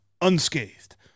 unscathed